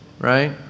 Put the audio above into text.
Right